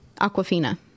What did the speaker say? Aquafina